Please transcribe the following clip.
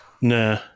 Nah